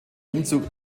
umzug